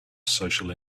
social